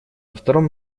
втором